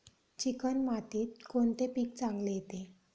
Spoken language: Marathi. चिकण मातीत कोणते पीक चांगले येते?